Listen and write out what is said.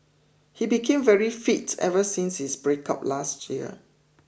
he became very fit ever since his breakup last year